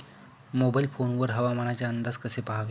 Mobile phone वर हवामानाचे अंदाज कसे पहावे?